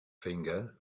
finger